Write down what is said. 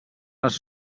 les